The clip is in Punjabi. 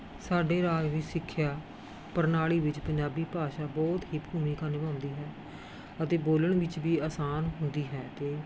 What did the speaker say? ਸਾਡੇ ਰਾਜ ਵਿੱਚ ਸਿੱਖਿਆ ਪ੍ਰਣਾਲੀ ਵਿੱਚ ਪੰਜਾਬੀ ਭਾਸ਼ਾ ਬਹੁਤ ਹੀ ਭੂਮਿਕਾ ਨਿਭਾਉਂਦੀ ਹੈ ਅਤੇ ਬੋਲਣ ਵਿੱਚ ਵੀ ਅਸਾਨ ਹੁੰਦੀ ਹੈ ਅਤੇ